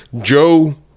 joe